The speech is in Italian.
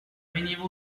veniva